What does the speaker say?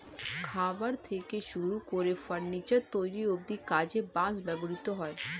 খাবার থেকে শুরু করে ফার্নিচার তৈরি অব্ধি কাজে বাঁশ ব্যবহৃত হয়